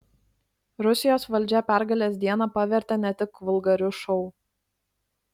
rusijos valdžia pergalės dieną pavertė ne tik vulgariu šou